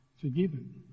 forgiven